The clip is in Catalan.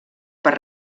per